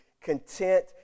content